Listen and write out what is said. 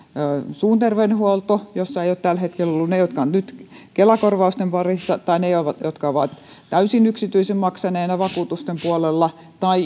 suun terveydenhuolto jossa eivät ole tällä hetkellä olleet ne jotka ovat nyt kela korvausten parissa tai ne jotka ovat täysin yksityisesti maksaneet vakuutusten puolella